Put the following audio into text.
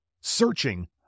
Searching